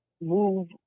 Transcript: move